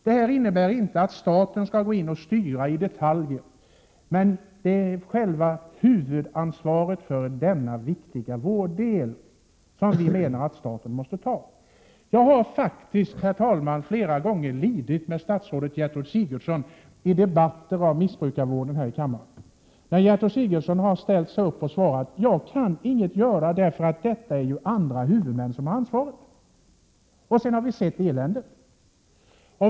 Det innebär inte att staten skall styra i detaljfrågor, men vi menar att staten måste ta huvudansvaret för denna viktiga vårddel. Herr talman! Jag har faktiskt flera gånger i debatter om missbrukarvården här i kammaren lidit med statsrådet Gertrud Sigurdsen, då hon har sagt att hon ingenting kan göra, därför att det är andra huvudmän som har ansvaret. Vi har sett eländet.